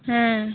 ᱦᱮᱸ